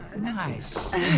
Nice